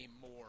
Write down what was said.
more